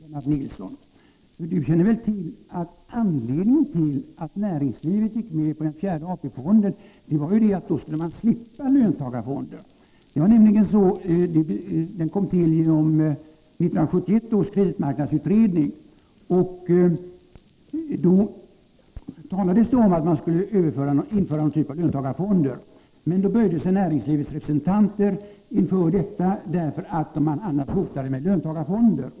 Lennart Nilsson känner väl till att anledningen till att näringslivet gick med på fjärde AP-fonden var att därmed slippa löntagarfonder. Fjärde AP fonden kom till genom 1971 års kreditmarknadsutredning, och då talades det om att införa någon typ av löntagarfonder. Näringslivets representanter böjde sig inför förslaget, eftersom man annars hotades med löntagarfonder.